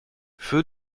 feu